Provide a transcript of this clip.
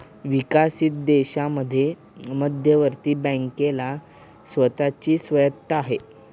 विकसित देशांमध्ये मध्यवर्ती बँकेला स्वतः ची स्वायत्तता आहे